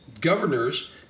Governors